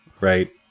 right